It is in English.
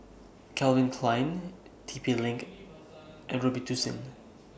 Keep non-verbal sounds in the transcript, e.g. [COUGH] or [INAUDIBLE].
Calvin Klein T P LINK [NOISE] and Robitussin